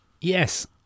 Yes